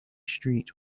street